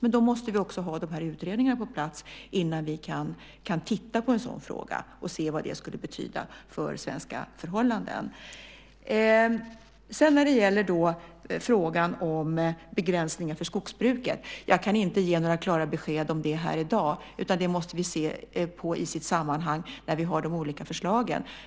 Vi måste dock ha utredningarna på plats innan vi kan titta på en sådan fråga för att se vad det skulle betyda för svenska förhållanden. Beträffande frågan om begränsningar för skogsbruket kan jag inte ge några klara besked om det i dag, utan det måste vi se på i sitt sammanhang när vi fått de olika förslagen.